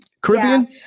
Caribbean